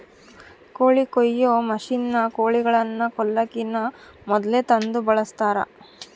ಕೋಳಿ ಕೊಯ್ಯೊ ಮಷಿನ್ನ ಕೋಳಿಗಳನ್ನ ಕೊಲ್ಲಕಿನ ಮೊದ್ಲೇ ತಂದು ಬಳಸ್ತಾರ